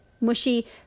mushy